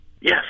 yes